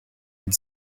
had